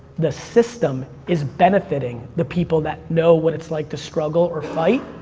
the system is benefiting the people that know what it's like to struggle or fight.